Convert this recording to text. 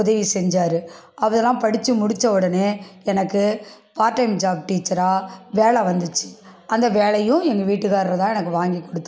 உதவி செஞ்சார் அதெலாம் படிச்சு முடித்த உடனே எனக்கு பார்ட்டைம் ஜாப் டீச்சராக வேலை வந்துச்சு அந்த வேலையும் எங்கள் வீட்டுகாரரு தான் எனக்கு வாங்கி கொடுத்தாரு